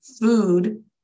Food